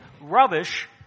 rubbish